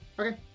Okay